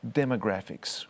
demographics